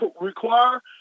require